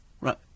Right